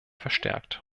verstärkt